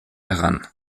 heran